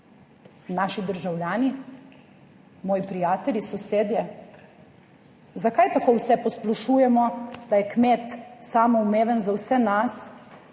Naši državljani, moji prijatelji, sosedje? Zakaj tako vse posplošujemo, da je kmet samoumeven za vse nas,